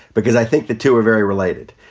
because i think the two are very related.